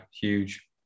huge